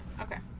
Okay